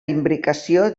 imbricació